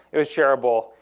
it was shareable,